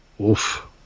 Oof